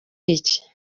iki